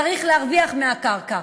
צריך להרוויח מהקרקע,